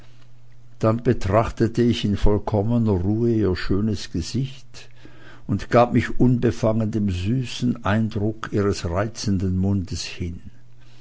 dann betrachtete ich in vollkommener ruhe ihr schönes gesicht und gab mich unbefangen dem süßen eindrucke ihres reizenden mundes hin